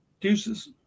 Deuces